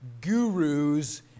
gurus